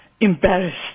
embarrassed